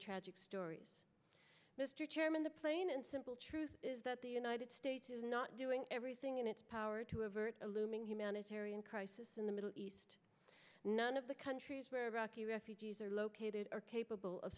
tragic stories mr chairman the plain and simple truth is that the united states is not doing everything in its power to avert a looming humanitarian crisis in the middle east none of the countries where iraqi refugees are located are capable of